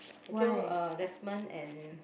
I jio uh Desmond and